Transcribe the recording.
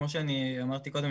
כמו שאמרתי קודם,